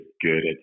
good